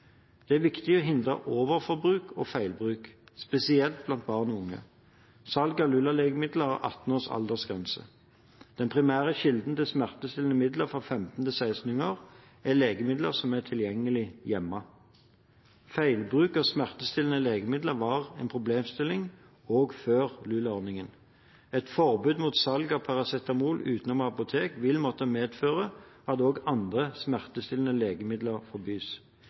Det er viktig å hindre overforbruk og feilbruk, spesielt blant barn og unge. Salg av LUA-legemidler har 18-års aldersgrense. Den primære kilden til smertestillende midler for 15–16-åringer er legemidler som er tilgjengelig i hjemmet. Feilbruk av smertestillende legemidler var en problemstilling også før LUA-ordningen. Et forbud mot salg av paracetamol utenom apotek vil måtte medføre at også andre smertestillende legemidler forbys.